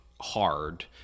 hard